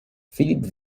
filip